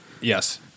Yes